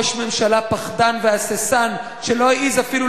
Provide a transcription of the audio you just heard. ראש ממשלה פחדן והססן שלא העז אפילו